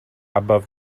above